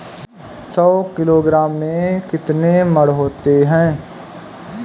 सौ किलोग्राम में कितने मण होते हैं?